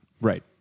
Right